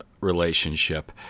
relationship